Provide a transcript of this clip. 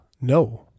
no